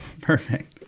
Perfect